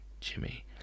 Jimmy